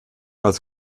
als